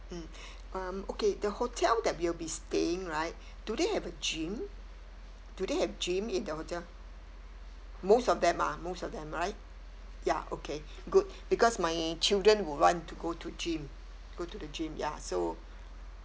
mm um okay the hotel that we'll be staying right do they have a gym do they have gym in the hotel most of them ah most of them right ya okay good because my children would want to go to gym go to the gym ya so